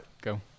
Go